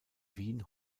wien